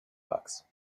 box